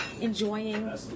enjoying